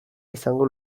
izango